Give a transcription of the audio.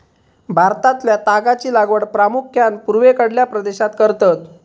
भारतातल्या तागाची लागवड प्रामुख्यान पूर्वेकडल्या प्रदेशात करतत